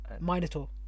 Minotaur